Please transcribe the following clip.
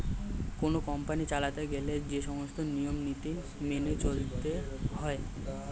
কোন কোম্পানি চালাতে গেলে যে সমস্ত নিয়ম নীতি মেনে চলতে হয়